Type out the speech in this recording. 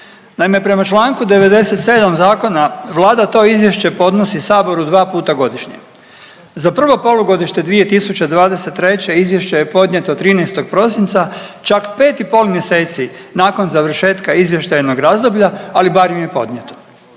Naime, prema čl. 97 zakona Vlada to izvješće podnosi saboru dva puta godišnje. Za prvo polugodište 2023., izvješće je podnijeto 13. prosinca čak 5,5 mjeseci nakon završetka izvještajnog razdoblja ali barem je podnijeto.